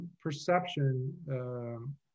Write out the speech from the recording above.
perception